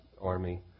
army